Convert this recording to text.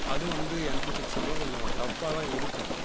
அதுவும் வந்து என்ட்ரன்ஸ் எக்ஸாம்லாம் கொஞ்சம் டஃபாக தான் இருக்கும்